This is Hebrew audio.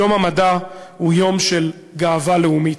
יום המדע הוא יום של גאווה לאומית,